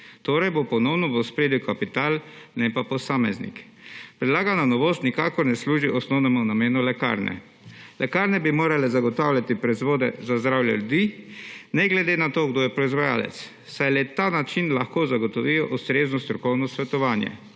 torej bo ponovno v ospredju kapital, ne pa posameznik. Predlagana novost nikakor ne služi osnovnemu namenu lekarne. Lekarne bi morale zagotavljati proizvode za zdravje ljudi ne glede na to, kdo je proizvajalec, saj le na ta način lahko zagotovijo ustrezno strokovno svetovanje.